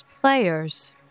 players